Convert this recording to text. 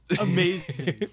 Amazing